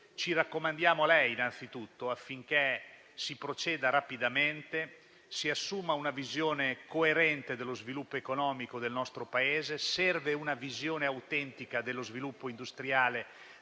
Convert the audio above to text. ci raccomandiamo a lei, innanzitutto, affinché si proceda rapidamente e si assuma una visione coerente dello sviluppo economico del nostro Paese. Serve una visione autentica dello sviluppo industriale